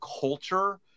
culture